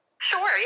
Sure